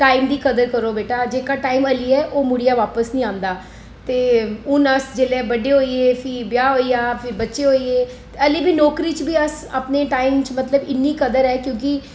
time दी कदर करो बेटा जेहका आइयै जाए ओह् बापस मुड़ियै बापस नेई आंदा ते हून अस जेल्लै बड्डे होई गे फ्ही ब्याह् होई गेआ फ्ही बच्चे होई गे हल्ली बी नौकरी च अस अपने टाइम च मतलब इन्नी कदर ऐ कि क्योंकि